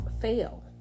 fail